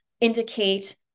indicate